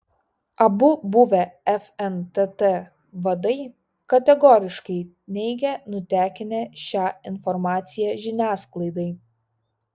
abu buvę fntt vadai kategoriškai neigia nutekinę šią informaciją žiniasklaidai